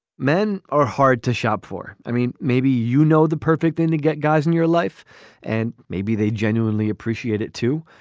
men are hard to shop for. i mean, maybe, you know, the perfect thing to get guys in your life and maybe they genuinely appreciate it, too.